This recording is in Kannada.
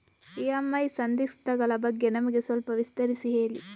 ಇ.ಎಂ.ಐ ಸಂಧಿಸ್ತ ಗಳ ಬಗ್ಗೆ ನಮಗೆ ಸ್ವಲ್ಪ ವಿಸ್ತರಿಸಿ ಹೇಳಿ